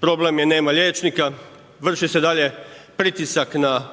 problem je nema liječnika, vrši se dalje pritisak na